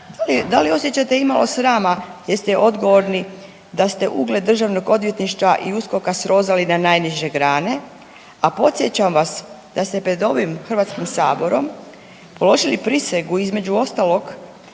da li osjećate imalo srama jer ste odgovorni da ste ugled DORH-a i USKOK-a srozali na najniže grane, a podsjećam vas, da se pred ovim HS-om položili prisegu, između ostalog,